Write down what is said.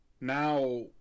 now